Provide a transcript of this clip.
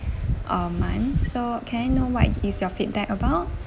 uh month so can I know what is your feedback about